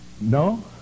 No